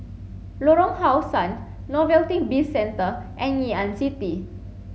Lorong How Sun Novelty Bizcentre and Ngee Ann City